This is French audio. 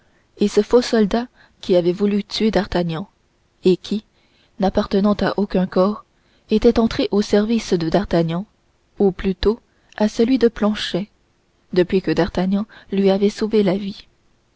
et ce faux soldat qui avait voulu tuer d'artagnan et qui n'appartenant à aucun corps était entré à son service ou plutôt à celui de planchet depuis que d'artagnan lui avait sauvé la vie